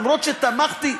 למרות שתמכתי,